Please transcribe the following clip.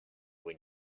when